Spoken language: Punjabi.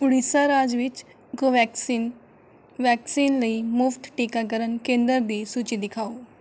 ਉੜੀਸਾ ਰਾਜ ਵਿੱਚ ਕੋਵੈਕਸਿਨ ਵੈਕਸੀਨ ਲਈ ਮੁਫ਼ਤ ਟੀਕਾਕਰਨ ਕੇਂਦਰ ਦੀ ਸੂਚੀ ਦਿਖਾਓ